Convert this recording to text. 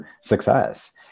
success